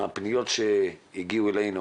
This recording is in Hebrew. מהפניות שהגיעו אלינו